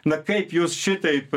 na kaip jūs šitaip